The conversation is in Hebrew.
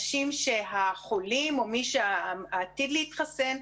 האנשים שהחולים, או מי שעתיד להתחסן,